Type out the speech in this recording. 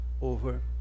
over